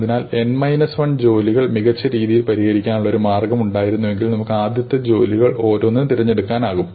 അതിനാൽ n minus 1 ജോലികൾ മികച്ച രീതിയിൽ പരിഹരിക്കാനുള്ള ഒരു മാർഗ്ഗം ഉണ്ടായിരുന്നെങ്കിൽ നമുക്ക് ആദ്യത്തെ ജോലികൾ ഓരോന്നും തിരഞ്ഞെടുക്കാനാകും